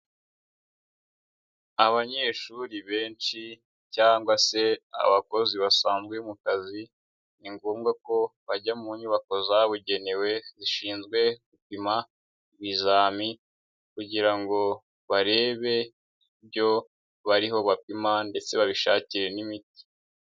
Abanyeshuri benshi cyangwa se abakozi basanzwe mu kazi, ni ngombwa ko bajya mu nyubako zabugenewe, zishinzwe gupima ibizami kugira ngo barebe ibyo bariho bapima ndetse babishakire n'imiti.